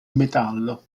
metallo